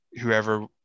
whoever